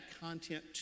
content